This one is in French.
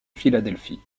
philadelphie